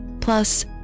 plus